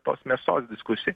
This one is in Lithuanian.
tos mėsos diskusijai